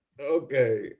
Okay